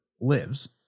lives